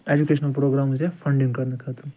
educational programs یا funding کَرنہٕ خٲطرٕ